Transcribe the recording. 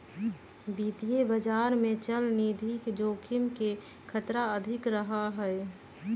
वित्तीय बाजार में चलनिधि जोखिम के खतरा अधिक रहा हई